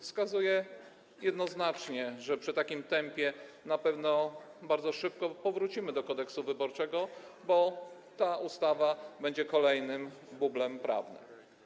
Wskazuje to jednoznacznie, że przy takim tempie na pewno bardzo szybko powrócimy do Kodeksu wyborczego, bo ta ustawa będzie kolejnym bublem prawnym.